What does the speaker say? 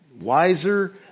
wiser